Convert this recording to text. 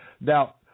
now